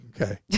Okay